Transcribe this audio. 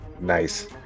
Nice